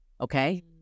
Okay